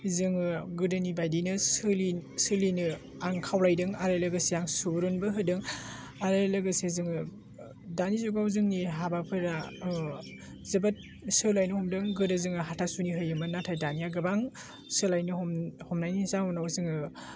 जोङो गोदोनि बायदिनो सोलि सोलिनो आं खावलायदों आरो लोगोसे आं सुबुरुनबो होदों आरो लोगोसे जोङो दानि जुगाव जोंनि हाबाफोरा जोबोद सोलायनो हमदों गोदो जोङो हाथा सुनि होयोमोन नाथाइ दानिया गोबां सोलायनो हम हमनायनि जाहोनाव जोङो